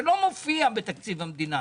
שלא מופיע בתקציב המדינה,